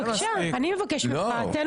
זאב, אני מבקש: אל תפריעו לי.